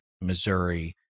Missouri